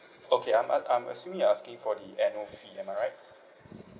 okay I'm I'm I'm assuming you're asking for the annual fee am I right